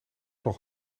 nog